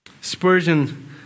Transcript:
Spurgeon